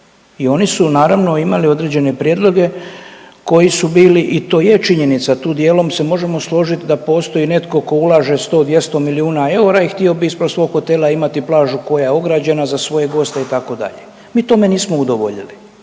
i oni su naravno imali određene prijedloge koji su bili i to je činjenica, tu dijelom se možemo složit da postoji netko tko ulaže 100-200 milijuna eura i htio bi ispred svog hotela imati plažu koja je ograđena za svoje goste itd., mi tome nismo udovoljili